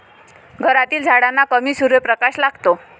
घरातील झाडांना कमी सूर्यप्रकाश लागतो